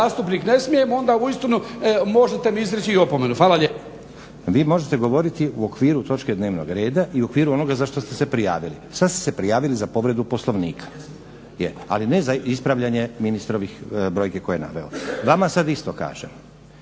saborski ne smijem onda uistinu možete mi izreći i opomenu. Hvala lijepa. **Stazić, Nenad (SDP)** Vi možete govoriti u okviru točke dnevnog reda i u okviru onoga za što ste se prijavili. Sad ste se prijavili za povredu Poslovnika. A ne za ispravljanje ministrovih brojki koje je naveo. Vama sad isto kažem